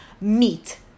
meat